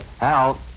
Al